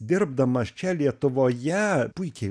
dirbdamas čia lietuvoje puikiai